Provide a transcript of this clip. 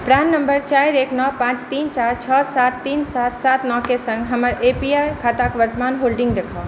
प्राण number चारि एक नओ पाँच तीन चारि छओ सात तीन सात सात नओके सङ्ग हमर ए पी वाई खाताक वर्तमान होल्डिंग देखाउ